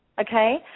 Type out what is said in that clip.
okay